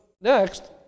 next